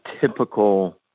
typical